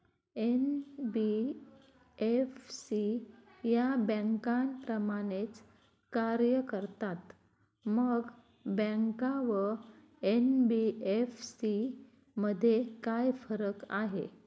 NBFC या बँकांप्रमाणेच कार्य करतात, मग बँका व एन.बी.एफ.सी मध्ये काय फरक आहे?